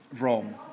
Rome